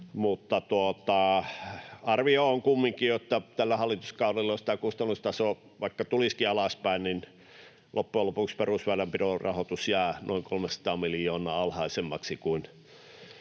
Arvio on kumminkin, että vaikka tällä hallituskaudella kustannustaso tulisikin alaspäin, loppujen lopuksi perusväylänpidon rahoitus jää noin 300 miljoonaa alhaisemmaksi kuin